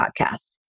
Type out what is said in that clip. podcast